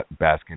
Baskin